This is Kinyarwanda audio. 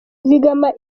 zigama